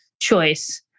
choice